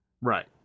Right